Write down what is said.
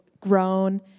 grown